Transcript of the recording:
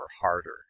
harder